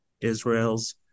Israel's